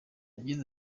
yagize